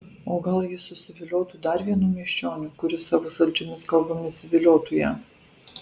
o gal ji susiviliotų dar vienu miesčioniu kuris savo saldžiomis kalbomis įviliotų ją